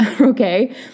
Okay